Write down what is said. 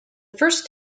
first